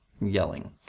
yelling